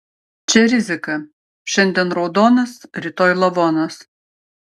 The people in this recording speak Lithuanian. čia rizika šiandien raudonas rytoj lavonas